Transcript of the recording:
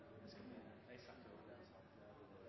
vi skal